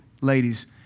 ladies